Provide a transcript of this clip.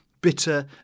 bitter